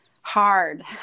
hard